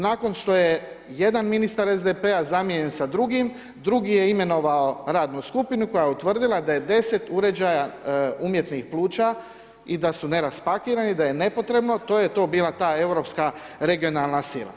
Nakon što je jedan ministar SDP-a zamijenjen sa drugim, drugi je imenovao radnu skupinu koja je utvrdila da je 10 uređaja umjetnih pluća i da su neraspakirani i da je nepotrebno, to je to bila ta europska regionalna sila.